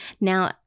Now